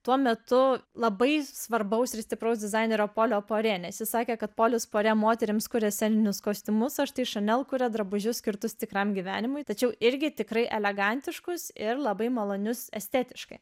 tuo metu labai svarbaus ir stipraus dizainerio polio porė nes ji sakė kad polis porė moterims kuria sceninius kostiumus o štai šanel kuria drabužius skirtus tikram gyvenimui tačiau irgi tikrai elegantiškus ir labai malonius estetiškai